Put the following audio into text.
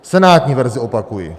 Senátní verzi, opakuji.